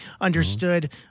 understood